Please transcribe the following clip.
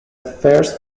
first